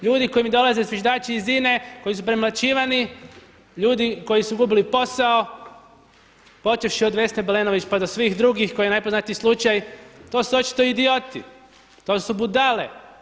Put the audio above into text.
Ljudi koji mi dolaze zviždači iz INA-e koji su premlaćivani, ljudi koji su gubili posao počevši od Vesne Balenović pa do svih drugih koji je najpoznatiji slučaj, to su očito idioti, to su budale.